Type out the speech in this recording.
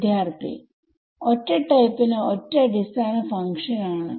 വിദ്യാർത്ഥി ഒറ്റ ടൈപ്പ് ന് ഒറ്റ അടിസ്ഥാന ഫങ്ക്ഷൻ ആണ്